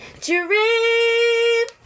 dream